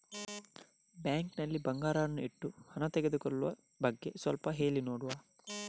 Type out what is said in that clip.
Bank ನಲ್ಲಿ ಬಂಗಾರವನ್ನು ಇಟ್ಟು ಹಣ ತೆಗೆದುಕೊಳ್ಳುವ ಬಗ್ಗೆ ಸ್ವಲ್ಪ ಹೇಳಿ ನೋಡುವ?